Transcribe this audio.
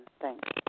Thanks